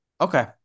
Okay